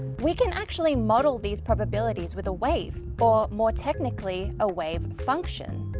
we can actually model these probabilities with a wave or, more technically, a wave function.